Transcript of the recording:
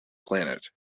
planet